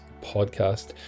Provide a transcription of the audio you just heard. podcast